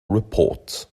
report